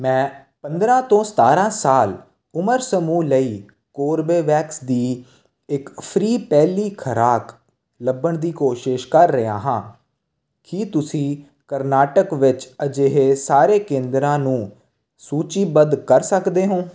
ਮੈਂ ਪੰਦਰ੍ਹਾਂ ਤੋਂ ਸਤਾਰ੍ਹਾਂ ਸਾਲ ਉਮਰ ਸਮੂਹ ਲਈ ਕੋਰਬੇਵੈਕਸ ਦੀ ਇੱਕ ਫ੍ਰੀ ਪਹਿਲੀ ਖੁਰਾਕ ਲੱਭਣ ਦੀ ਕੋਸ਼ਿਸ਼ ਕਰ ਰਿਹਾ ਹਾਂ ਕੀ ਤੁਸੀਂ ਕਰਨਾਟਕ ਵਿੱਚ ਅਜਿਹੇ ਸਾਰੇ ਕੇਂਦਰਾਂ ਨੂੰ ਸੂਚੀਬੱਧ ਕਰ ਸਕਦੇ ਹੋ